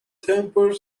temper